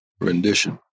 rendition